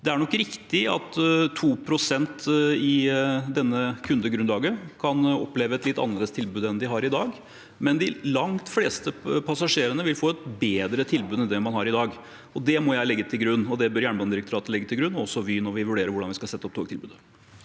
Det er nok riktig at 2 pst. i dette kundegrunnlaget kan oppleve et litt annerledes tilbud enn de har i dag, men de langt fleste passasjerene vil få et bedre tilbud enn det de har i dag. Det må jeg legge til grunn, og det bør Jernbanedirektoratet og også Vy legge til grunn, når vi vurderer hvordan vi skal sette opp togtilbudet.